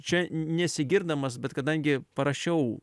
čia n nesigirdamas bet kadangi parašiau